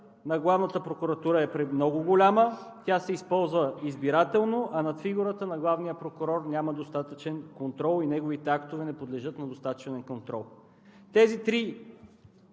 на Главната прокуратура е много голяма, тя се използва избирателно, а над фигурата на главния прокурор няма достатъчен контрол и неговите актове не подлежат на достатъчен контрол. Тези три